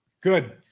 Good